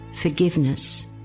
forgiveness